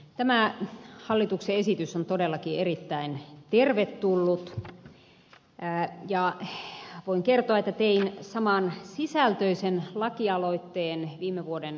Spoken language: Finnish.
tämä hallituksen esitys on todellakin erittäin tervetullut ja voin kertoa että tein samansisältöisen lakialoitteen viime vuoden huhtikuussa